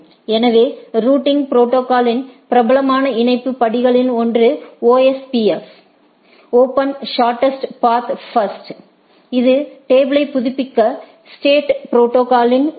எனவே routing protocols யின் பிரபலமான இணைப்பு படிகளில் ஒன்று OSPF open shortest path first இது டேபிளை புதுப்பிக்க ஸ்டேட் ப்ரோடோகாலில் உள்ளது